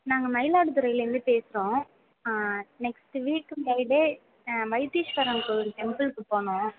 நாங்கள் மயிலாடுதுறையிலேருந்து பேசுகிறோம் next week Friday Vaitheeswaran Koil டெம்பிளுக்கு போகணும்